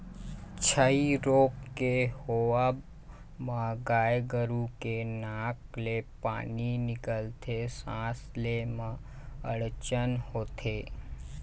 छई रोग के होवब म गाय गरु के नाक ले पानी निकलथे, सांस ले म अड़चन होथे